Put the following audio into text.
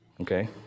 okay